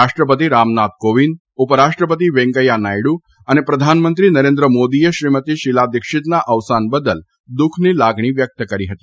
રાષ્ટ્રપતિ રામનાથ કોવિંદ ઉપરાષ્ટ્રપતિ વૈકેથા નાયડુ અને પ્રધાનમંત્રી નરેન્દ્ર મોદીએ શ્રીમતી શીલા દિક્ષિતના અવસાન બદલ દુઃખની લાગણી વ્યકત કરી હતી